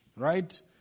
right